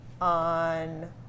on